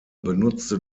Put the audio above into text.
benutzte